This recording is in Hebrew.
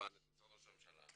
וכמובן את משרד ראש הממשלה,